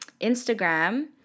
Instagram